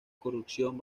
corrupción